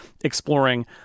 exploring